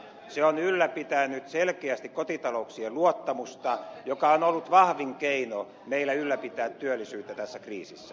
se on ylläpitänyt selkeästi kotitalouksien luottamusta joka on ollut vahvin keino meillä ylläpitää työllisyyttä tässä kriisissä